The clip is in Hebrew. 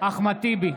אחמד טיבי,